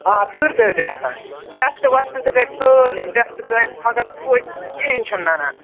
آ تۭر تہِ حظ چھِ کھسان ٹیٚسٹہٕ ویٚسٹہٕ تہِ کٔرۍ سٲلِم ٹیٚسٹہٕ کٔرۍ مَگر توتہِ کِہیٖنٛۍ چھُنہٕ نَنان